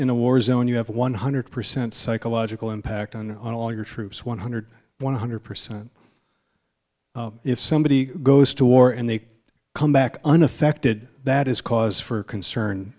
in a war zone you have one hundred percent psychological impact on all your troops one hundred one hundred percent if somebody goes to war and they come back unaffected that is cause for concern